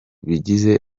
bigize